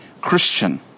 Christian